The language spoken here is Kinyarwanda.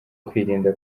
kwirinda